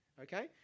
okay